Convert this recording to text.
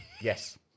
Yes